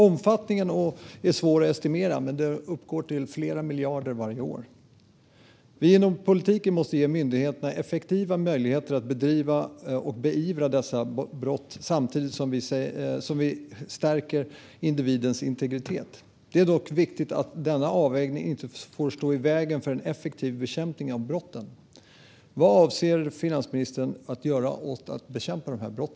Omfattningen av fusket är svår att estimera, men det uppgår till flera miljarder varje år. Vi inom politiken måste ge myndigheterna effektiva möjligheter att beivra dessa brott samtidigt som vi stärker individens integritet. Det är dock viktigt att denna avvägning inte får stå i vägen för en effektiv bekämpning av brotten. Vad avser finansministern att göra för att bekämpa dessa brott?